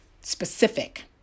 Specific